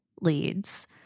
leads